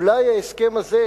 אולי ההסכם הזה,